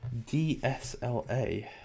dsla